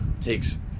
takes